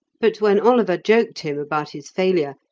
but when oliver joked him about his failure,